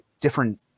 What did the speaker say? different